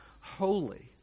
holy